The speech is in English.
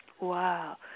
Wow